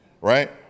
right